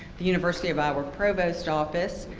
the university of iowa provost office,